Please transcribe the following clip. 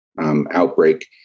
outbreak